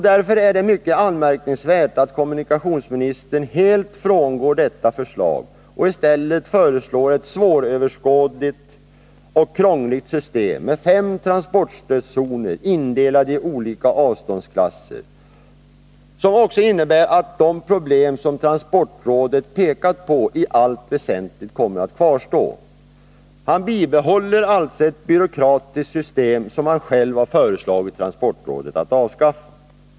Därför är det mycket anmärkningsvärt att kommunikationsministern helt frångår detta förslag och i stället föreslår ett svåröverskådligt och krångligt system med fem transportstödszoner indelade i olika avståndsklasser, som innebär att de problem som transportrådet pekat på i allt väsentligt kommer att kvarstå. Kommunikationsministern bibehåller alltså ett byråkratiskt system som han själv har föreslagit transportrådet att avskaffa.